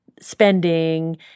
spending